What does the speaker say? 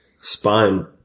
spine